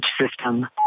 system